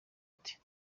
ati